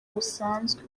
busanzwe